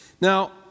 Now